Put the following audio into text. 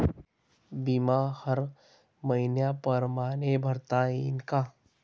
बिमा हर मइन्या परमाने भरता येऊन का?